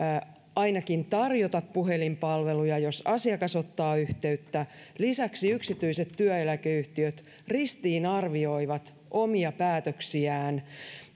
ainakin tarjota puhelinpalveluja jos asiakas ottaa yhteyttä lisäksi yksityiset työeläkeyhtiöt ristiinarvioivat omia päätöksiään